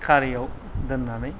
खारिआव दोननानै